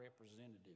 representative